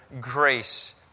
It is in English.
grace